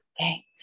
okay